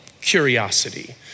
curiosity